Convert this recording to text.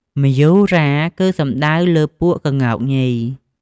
មយូរា គឺសំដៅលើពួកក្ងោកញី។